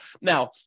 Now